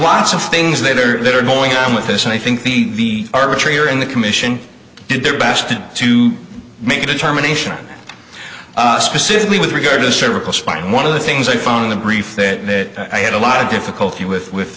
lots of things that are that are going on with this and i think the arbitrator in the commission did their best to make a determination specifically with regard to cervical spine one of the things i found in the briefing that i had a lot of difficulty with with